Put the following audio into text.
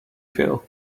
feel